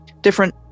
different